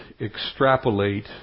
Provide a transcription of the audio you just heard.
extrapolate